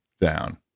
down